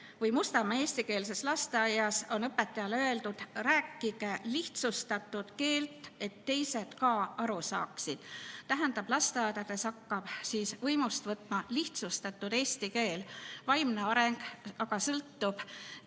et Mustamäe eestikeelses lasteaias on õpetajale öeldud: "Rääkige lihtsustatud keelt, et teised ka aru saaksid." Tähendab, lasteaedades hakkab võimust võtma lihtsustatud eesti keel. Vaimne areng aga sõltub